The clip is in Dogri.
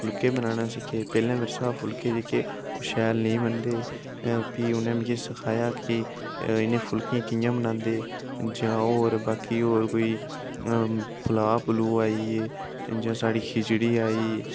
फुलके बनाना सिक्खे पैह्लें मेरे शा फुलके जेह्के ओह् शैल नेईं बनदे हे फ्ही मी उ'नें सिखाया कि इ'नें फुलके गी कि'यां बनांदे जां होर बाकी होर कोई पलाऽ पलू आई गे जां साढ़ी खिचड़ी आई